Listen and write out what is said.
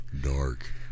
dark